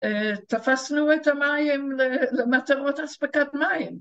‫תפסנו את המים למטרות אספקת מים.